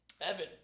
Evan